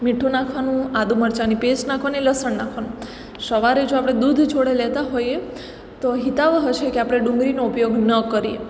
મીઠું નાખવાનું આદુ મરચાંની પેસ્ટ નાખવાની લસણ નાખવાનું સવારે જો આપણે દૂધ જોડે લેતાં હોઈએ તો હિતાવહ છે કે આપણે ડુંગળીનો ઉપયોગ ન કરીએ